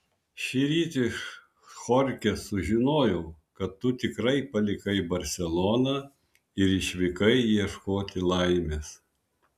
šįryt iš chorchės sužinojau kad tu tikrai palikai barseloną ir išvykai ieškoti laimės